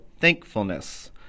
thankfulness